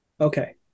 Okay